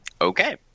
Okay